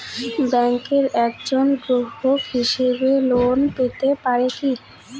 ব্যাংকের একজন গ্রাহক হিসাবে লোন পেতে পারি কি?